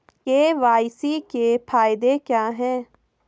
KYC के फायदे क्या है?